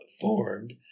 formed